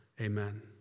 Amen